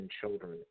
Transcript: children